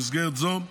במסגרת זו,